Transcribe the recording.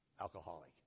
alcoholic